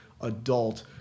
adult